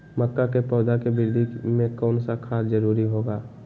मक्का के पौधा के वृद्धि में कौन सा खाद जरूरी होगा?